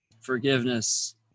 Forgiveness